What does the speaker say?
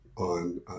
on